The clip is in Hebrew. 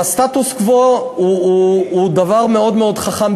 הסטטוס-קוו הוא דבר מאוד מאוד חכם.